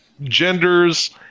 genders